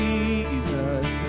Jesus